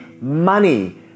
Money